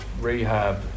rehab